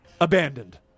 abandoned